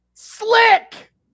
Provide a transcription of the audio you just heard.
slick